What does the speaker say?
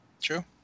True